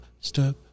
Step